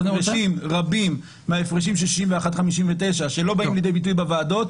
הפרשים רבים מההפרשים של 61:59 שלא באים לידי ביטוי בוועדות